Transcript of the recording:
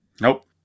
Nope